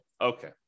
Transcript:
Okay